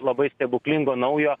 labai stebuklingo naujo